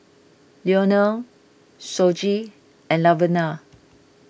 Leonel Shoji and Laverna